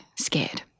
scared